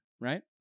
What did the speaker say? right